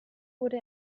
wurde